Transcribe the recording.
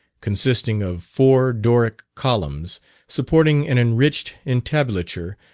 consisting of four doric columns supporting an enriched entablature,